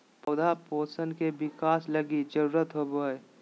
पौधा पोषण के बिकास लगी जरुरत होबो हइ